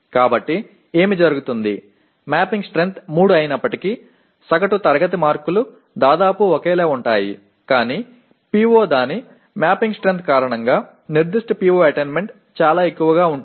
కాబట్టి ఏమి జరుగుతుంది మ్యాపింగ్ స్ట్రెంగ్త్ 3 అయినప్పటికీ సగటు తరగతి మార్కులు దాదాపు ఒకేలా ఉంటాయి కానీ PO దాని మ్యాపింగ్ స్ట్రెంగ్త్ కారణంగా నిర్దిష్ట PO అటైన్మెంట్ చాలా ఎక్కువగా ఉంటుంది